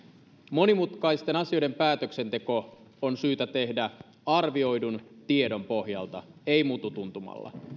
monimutkaisten asioiden päätöksenteko on syytä tehdä arvioidun tiedon pohjalta ei mututuntumalla